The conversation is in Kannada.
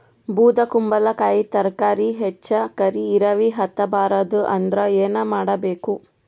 ಬೊದಕುಂಬಲಕಾಯಿ ತರಕಾರಿ ಹೆಚ್ಚ ಕರಿ ಇರವಿಹತ ಬಾರದು ಅಂದರ ಏನ ಮಾಡಬೇಕು?